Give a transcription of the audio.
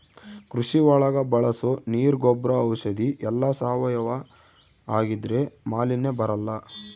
ಕೃಷಿ ಒಳಗ ಬಳಸೋ ನೀರ್ ಗೊಬ್ರ ಔಷಧಿ ಎಲ್ಲ ಸಾವಯವ ಆಗಿದ್ರೆ ಮಾಲಿನ್ಯ ಬರಲ್ಲ